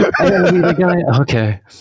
Okay